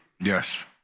Yes